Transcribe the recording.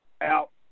out –